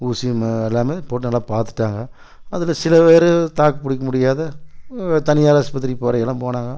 ஊசி எல்லாமே போட்டு நல்லா பார்த்துட்டாங்க அதில் சில பேர் தாக்கு பிடிக்க முடியாம தனியார் ஆஸ்ப்பத்திரிக்கு போகிறனுலாம் போனாங்க